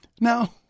Now